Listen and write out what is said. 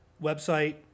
website